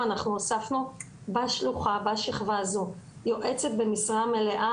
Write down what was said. ואנחנו הוספנו בשלוחה ובשכבה הזו יועצת במשרה מלאה.